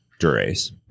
durace